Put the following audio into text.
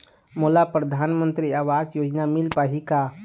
मोला परधानमंतरी आवास योजना मिल पाही का?